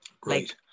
Great